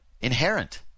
inherent